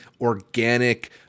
organic